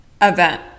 event